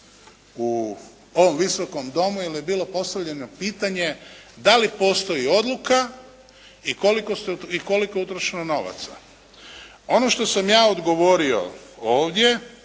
u ovom Visokom domu jer je bilo postavljano pitanje da li postoji odluka i koliko je utrošeno novaca. Ono što sam ja odgovorio ovdje